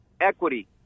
equity